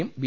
യും ബി